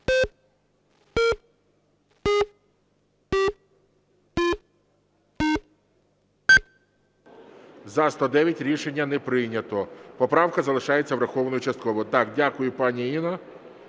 За-109 Рішення не прийнято. Поправка залишається врахованою частково.